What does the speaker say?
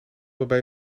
waarbij